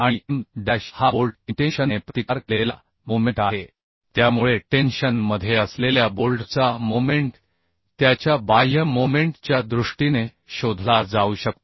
आणि M dash हा bolt इंटेंशनने प्रतिकार केलेला मोमेंट आहे त्यामुळे टेन्शन मधे असलेल्या बोल्टचा मोमेंट त्याच्या बाह्य मोमेंट च्या दृष्टीने शोधला जाऊ शकतो